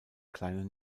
kleine